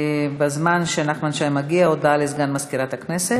בזמן שנחמן שי מגיע, הודעה לסגן מזכירת הכנסת.